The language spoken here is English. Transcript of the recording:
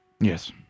Yes